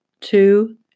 Two